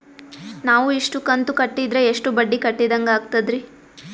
ನಾವು ಇಷ್ಟು ಕಂತು ಕಟ್ಟೀದ್ರ ಎಷ್ಟು ಬಡ್ಡೀ ಕಟ್ಟಿದಂಗಾಗ್ತದ್ರೀ?